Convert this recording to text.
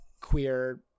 queer